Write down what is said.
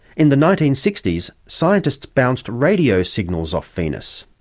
in the nineteen sixty s, scientists bounced radio signals off venus.